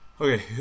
Okay